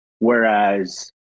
Whereas